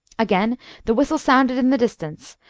again the whistle sounded in the distance,